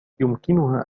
يمكنها